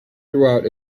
throughout